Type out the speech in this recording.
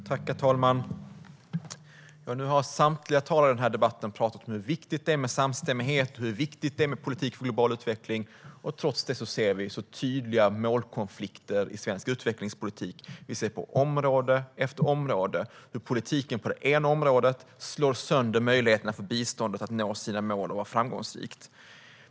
Herr talman! Nu har samtliga talare i denna debatt talat om hur viktigt det är med samstämmighet och hur viktigt det är med politik för global utveckling, men trots detta ser vi tydliga målkonflikter i svensk utvecklingspolitik. Vi ser på område efter område hur politiken på det ena området slår sönder möjligheterna för biståndet att nå sina mål och att vara framgångsrikt.